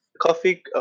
coffee